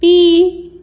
P